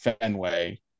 fenway